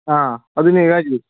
ꯑꯥ ꯑꯗꯨꯅꯦ ꯍꯥꯏꯁꯤ